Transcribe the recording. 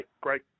great